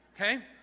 okay